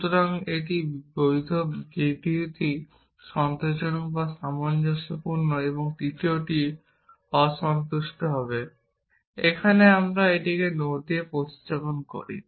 সুতরাং একটি বৈধ দ্বিতীয়টি সন্তোষজনক বা সামঞ্জস্যপূর্ণ এবং তৃতীয়টি অসন্তুষ্ট হবে। এখানে আমরা এটিকে no দিয়ে প্রতিস্থাপন করি